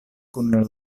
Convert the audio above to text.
kun